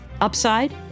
Upside